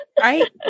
right